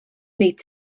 wneud